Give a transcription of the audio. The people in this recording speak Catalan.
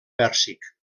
pèrsic